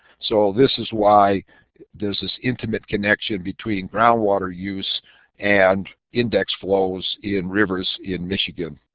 so this is why there is this intimate connection between groundwater use and index flows in rivers in michigan.